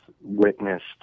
witnessed